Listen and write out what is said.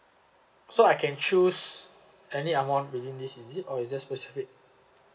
so I can choose any amount within this is it or is it specific